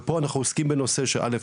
ופה אנחנו עוסקים בנושא שאל"ף,